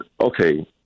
okay